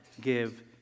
give